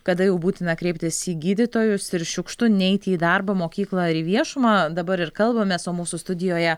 kada jau būtina kreiptis į gydytojus ir šiukštu neiti į darbą mokyklą ar į viešumą dabar ir kalbamės o mūsų studijoje